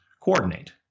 coordinate